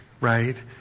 right